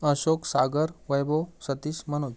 Ashok Sagar Vaibhav Satish Manoj